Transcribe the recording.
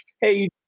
Hey